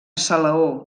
salaó